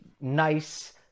nice